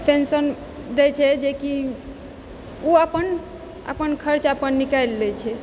pension दै छै जे कि ओ अपन अपन खर्च अपन निकालि लै छै